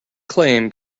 claim